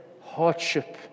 hardship